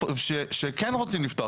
כן.